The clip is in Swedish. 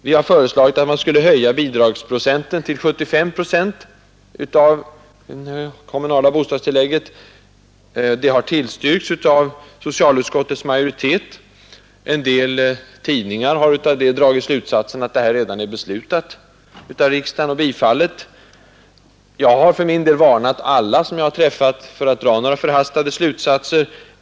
Vi har föreslagit att man skulle höja bidragsprocenten till 75 procent av det kommunala bostadstillägget. Detta har tillstyrkts av socialutskottets majoritet. En del tidningar har av det dragit slutsatsen att det redan är bifallet och beslutat av riksdagen. Jag har för min del varnat alla som jag träffat för att dra några förhastade slutsatser.